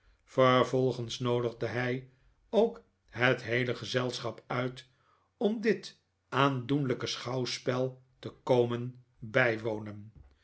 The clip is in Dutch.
vervolgens noodigde hij ook het heele gezelschap uit om dit aandoenlijke schouwspel te komen bijwonen